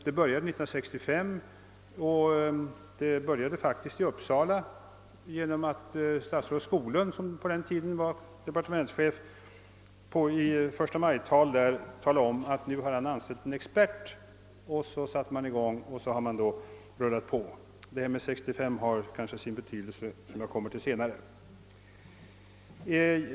Det hela började i Uppsala 1965, när statsrådet Skoglund — som då var departementschef — i ett första majtal där talade om att han hade anställt en expert. Därefter satte man i gång, och sedan' har det rullat vidare. Detta med 1965 har sin betydelse — jag kommer till det senare.